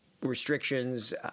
restrictions